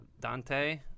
dante